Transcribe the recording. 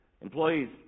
Employees